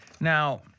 Now